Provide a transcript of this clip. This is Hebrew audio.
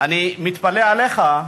אני מתפלא עליך,